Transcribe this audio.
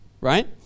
right